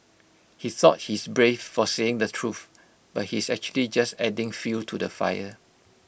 he thought he's brave for saying the truth but he's actually just adding fuel to the fire